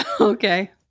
Okay